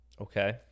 Okay